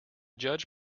judge